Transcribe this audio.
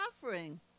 suffering